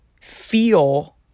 feel